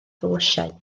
lysiau